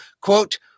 Quote